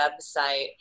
website